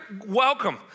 welcome